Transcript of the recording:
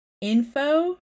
info